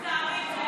אנחנו מצטערות.